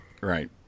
right